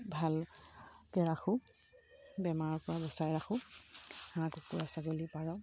ভালকৈ ৰাখোঁ বেমাৰৰপৰা বচাই ৰাখোঁ হাঁহ কুকুৰা ছাগলী পাৰ